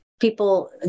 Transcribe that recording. people